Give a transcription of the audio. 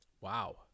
Wow